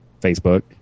Facebook